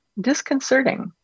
disconcerting